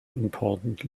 important